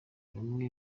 bamwe